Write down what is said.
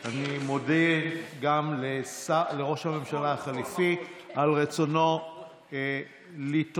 אז אני מודה גם לראש הממשלה החליפי על רצונו לתרום.